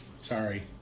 Sorry